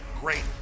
great